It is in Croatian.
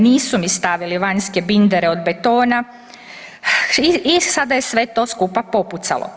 Nisu mi stavili vanjske bindere od betona i sada je sve to skupa popucalo.